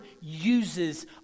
uses